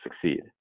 succeed